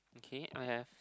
okay I have